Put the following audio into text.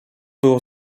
było